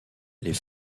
les